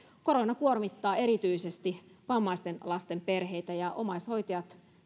korona kuormittaa erityisesti vammaisten lasten perheitä ja omaishoitajat